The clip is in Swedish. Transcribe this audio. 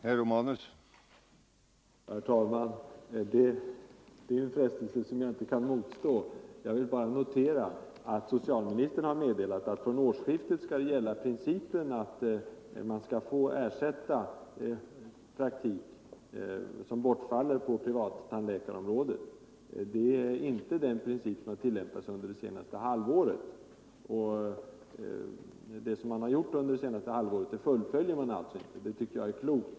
Herr talman! Det är en frestelse som jag inte kan motstå. Jag vill bara notera att socialministern har meddelat att från årsskiftet skall den principen gälla, att praktik som bortfaller på privattandläkar området skall få ersättas. Det är inte den uppläggning som har tillämpats under det senaste halvåret. Man frångår alltså den förda politiken. Jag tror att det är klokt.